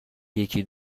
یکی